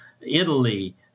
Italy